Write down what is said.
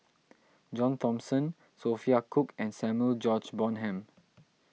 John Thomson Sophia Cooke and Samuel George Bonham